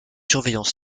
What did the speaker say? surveillance